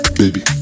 baby